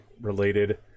related